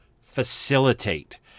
facilitate